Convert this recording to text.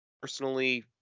personally